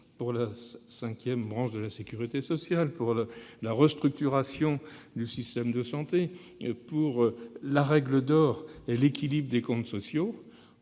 sur cette cinquième branche de la sécurité sociale, sur cette restructuration du système de santé, sur la règle d'or et sur l'équilibre des comptes sociaux,